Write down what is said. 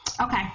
Okay